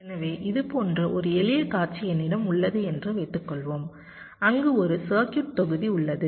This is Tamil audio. எனவே இது போன்ற ஒரு எளிய காட்சி என்னிடம் உள்ளது என்று வைத்துக்கொள்வோம் அங்கு ஒரு சர்க்யூட் தொகுதி உள்ளது